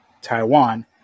Taiwan